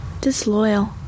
disloyal